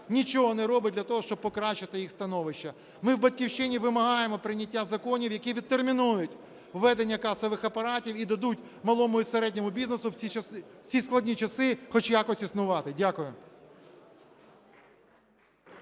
нічого не робить для того, щоб покращити їх становище. Ми у "Батьківщині" вимагаємо прийняття законів, які відтермінують введення касових апаратів і дадуть малому і середньому бізнесу в ці складні часи хоч якось існувати. Дякую.